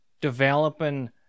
developing